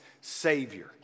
Savior